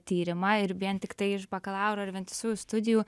tyrimą ir vien tiktai iš bakalauro ir vientisųjų studijų